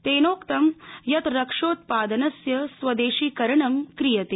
तेनोक्त यत् रक्षोत्पादनस्य स्वदेशीकरणं क्रियते